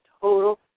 total